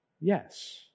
Yes